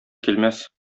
килмәс